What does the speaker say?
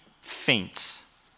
faints